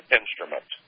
instrument